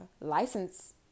license